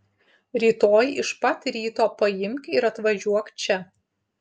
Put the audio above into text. rytoj iš pat ryto paimk ir atvažiuok čia